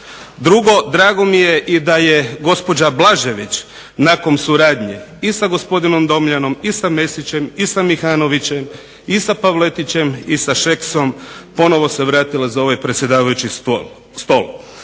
Drugo, drago mi je i da je gospođa Blažević nakon suradnje i sa gospodinom Domjan i sa Mesićem i sa Mihanovićem i sa Pavletićem i sa Šeksom ponovo se vratila za ovaj predsjedavajući stol.